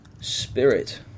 spirit